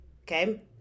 Okay